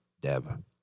Deb